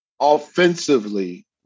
Offensively